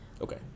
Okay